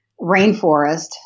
rainforest